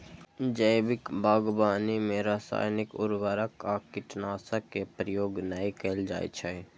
जैविक बागवानी मे रासायनिक उर्वरक आ कीटनाशक के प्रयोग नै कैल जाइ छै